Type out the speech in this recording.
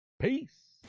peace